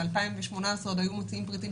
בין אם של תאגיד ובין אם נכס מסחרי של אדם פרטי,